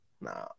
Nah